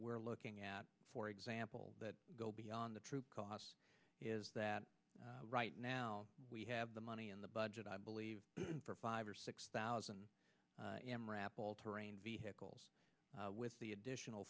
we're looking at for example that go beyond the true cost is that right now we have the money in the budget i believe for five or six thousand wrap all terrain vehicles with the additional